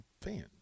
fans